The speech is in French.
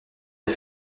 les